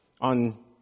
On